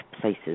places